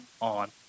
on